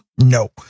no